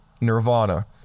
nirvana